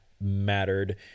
mattered